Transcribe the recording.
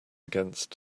against